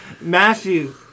Matthew